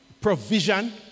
provision